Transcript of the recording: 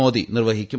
മോദി നിർവ്വഹിക്കും